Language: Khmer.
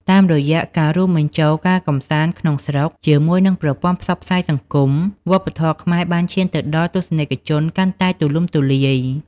តាមរយៈការរួមបញ្ចូលការកម្សាន្តក្នុងស្រុកជាមួយនឹងប្រព័ន្ធផ្សព្វផ្សាយសង្គម វប្បធម៌ខ្មែរបានឈានទៅដល់ទស្សនិកជនកាន់តែទូលំទូលាយ។